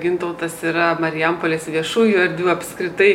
gintautas yra marijampolės viešųjų erdvių apskritai